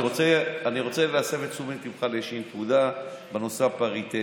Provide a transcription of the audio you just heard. אני רוצה להסב את תשומת ליבך לאיזושהי נקודה בנושא הפריטטי: